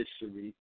history